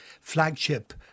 flagship